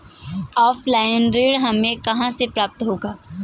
Offline ऋण हमें कहां से प्राप्त होता है?